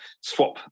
swap